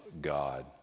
God